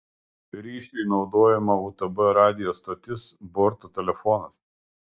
ryšiui naudojama utb radijo stotis borto telefonas